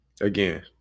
Again